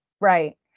right